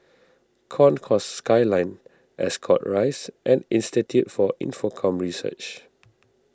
Concourse Skyline Ascot Rise and Institute for Infocomm Research